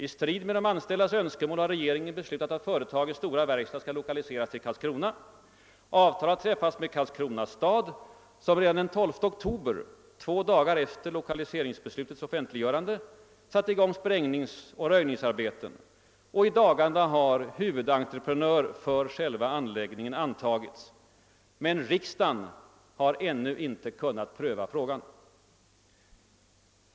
I strid med de anställdas önskemål har regeringen beslutat att företagets stora verkstad skall lokaliseras till Karlskrona. Avtal har träffats med Karlskrona stad, som redan den 12 oktober, två dagar efter lokaliseringsbeslutets offentliggörande, satt i gång sprängningsoch röjningsarbete, och i dagarna har huvudentreprenör för själva anläggningen antagits. Men riksdagen har ännu inte kunnat pröva frågan.